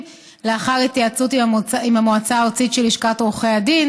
לאחר התייעצות עם המועצה הארצית של לשכת עורכי הדין,